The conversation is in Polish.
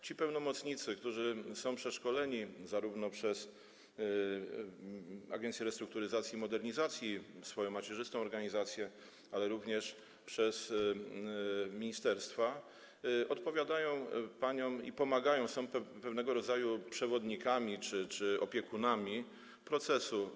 Ci pełnomocnicy, którzy są przeszkoleni zarówno przez agencję restrukturyzacji i modernizacji, swoją macierzystą organizację, jak również przez ministerstwa, odpowiadają paniom i pomagają im, są pewnego rodzaju przewodnikami czy opiekunami procesu.